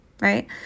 Right